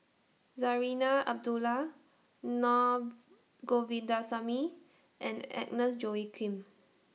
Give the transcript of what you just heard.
Zarinah Abdullah Na Govindasamy and Agnes Joaquim